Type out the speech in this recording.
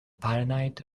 fahrenheit